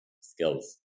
skills